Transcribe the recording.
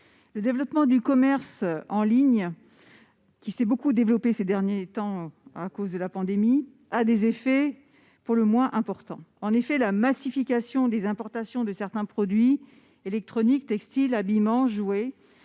Le développement du commerce en ligne, qui s'est beaucoup accru ces derniers temps à cause de la pandémie, a des effets pour le moins importants. La massification des importations de certains produits- électroniques, textile-habillement, jouets